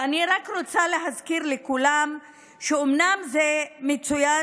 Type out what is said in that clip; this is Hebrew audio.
ואני רק רוצה להזכיר לכולם שאומנם זה מצוין